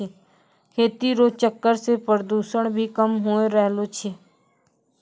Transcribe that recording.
खेती रो चक्कर से प्रदूषण भी कम होय रहलो छै